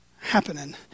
happening